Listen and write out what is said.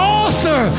author